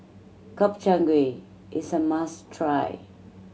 Gobchang Gui is a must try